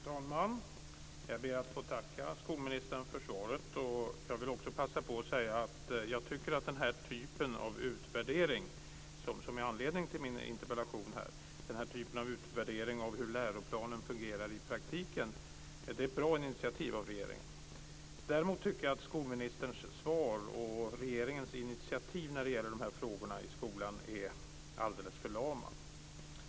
Fru talman! Jag ber att få tacka skolministern för svaret. Jag vill passa på att säga att den här typen av utvärdering - som är anledning till min interpellation - av hur läroplanen fungerar i praktiken är ett bra initiativ från regeringen. Däremot tycker jag att skolministerns svar och regeringens initiativ när det gäller de här skolfrågorna är alldeles för lama.